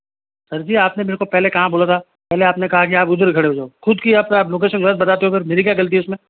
sir ji आपने मेरे को पहले कहाँ बोला था पहले आपने कहा की आप उधर खड़े हो जाओ ख़ुद की आप लोकेशन गलत बताते हो मेरी क्या गलती है उसमें